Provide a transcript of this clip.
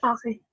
Okay